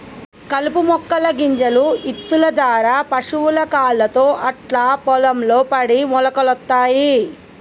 కలుపు మొక్కల గింజలు ఇత్తుల దారా పశువుల కాళ్లతో అట్లా పొలం లో పడి మొలకలొత్తయ్